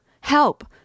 Help